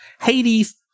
Hades